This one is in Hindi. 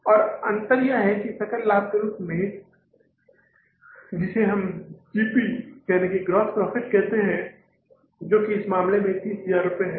और अंतर यह है कि सकल लाभ के रूप में हम इसे जीपी कहते हैं जो इस मामले में 30000 है